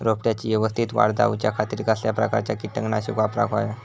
रोपट्याची यवस्तित वाढ जाऊच्या खातीर कसल्या प्रकारचा किटकनाशक वापराक होया?